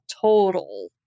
total